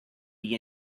you